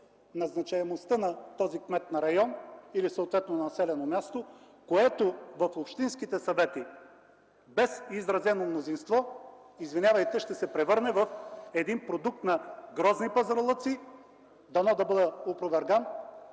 назначаемостта на този кмет на район или, съответно на населено място, което в общинските съвети без изразено мнозинство, извинявайте, ще се превърне в един продукт на грозни пазарлъци – дано да бъда опроверган